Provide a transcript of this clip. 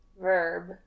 verb